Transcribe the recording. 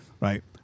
right